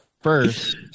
first